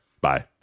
bye